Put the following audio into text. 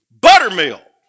Buttermilk